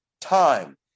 time